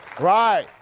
Right